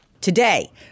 today